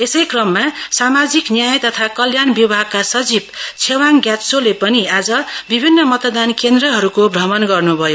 यसै क्रममा सामाजिक न्याय तथा कल्याण विभागका सचिव छेवाङ ग्याछो ओटियाले पनि आज विभिन्न मतदान केन्द्रहरूको अमण गर्न्अयो